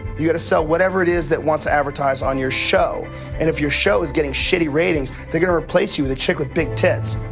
you gotta sell whatever it is that wants to advertise on your show and if your show is getting shitty ratings, they're gonna replace you with a chick with big tits.